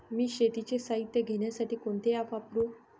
मी शेतीचे साहित्य घेण्यासाठी कोणते ॲप वापरु?